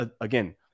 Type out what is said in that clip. again